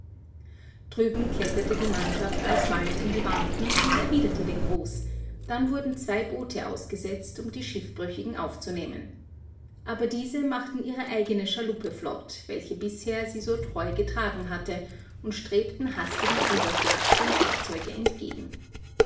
drüben kletterte die mannschaft alsbald in die wanten und erwiderte den gruß dann wurden zwei boote ausgesetzt um die schiffbrüchigen aufzunehmen aber diese machten ihre eigene schaluppe flott welche bisher sie so treu getragen hatte und strebten hastigen ruderschlags dem fahrzeuge entgegen